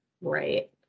right